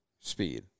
speed